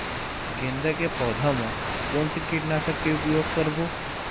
गेंदा के पौधा म कोन से कीटनाशक के उपयोग करबो?